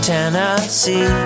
Tennessee